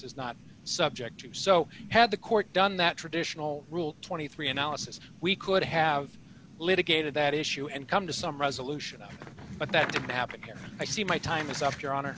is not subject to so had the court done that traditional rule twenty three analysis we could have litigated that issue and come to some resolution but that didn't happen here i see my time is up your honor